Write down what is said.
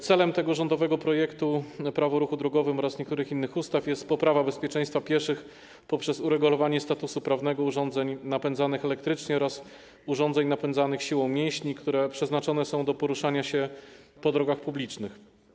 Celem rządowego projektu ustawy - Prawo o ruchu drogowym oraz niektórych innych ustaw jest poprawa bezpieczeństwa pieszych poprzez uregulowanie statusu prawnego urządzeń napędzanych elektrycznie oraz urządzeń napędzanych siłą mięśni, które przeznaczone są do poruszania się po drogach publicznych.